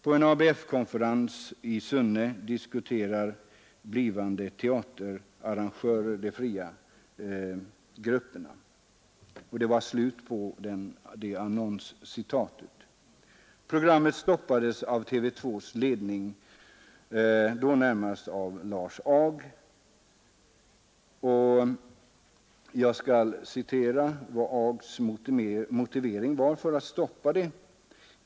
På en ABF-konferens i Sunne diskuterar blivande teaterarrangörer de fria grupperna. Programmet stoppades av ledningen för TV 2, närmast av Lars Ag. Jag skall här citera Ags motivering för att stoppa programmet.